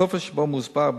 טופס שבו מוסבר,